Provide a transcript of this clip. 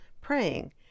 praying